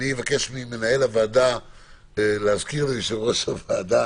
אבקש ממנהל הוועדה להזכיר ליושב-ראש הוועדה